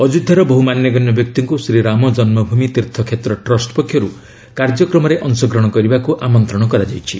ଅଯୋଧ୍ୟାର ବହୁ ମାନ୍ୟଗଣ୍ୟ ବ୍ୟକ୍ତିଙ୍କୁ ଶ୍ରୀ ରାମଜନ୍ମଭୂମି ତୀର୍ଥ କ୍ଷେତ୍ର ଟ୍ରଷ୍ଟ ପକ୍ଷରୁ କାର୍ଯ୍ୟକ୍ରମରେ ଅଂଶଗ୍ରହଣ କରିବାକୁ ଆମନ୍ତ୍ରଣ କରାଯାଇଛି